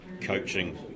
coaching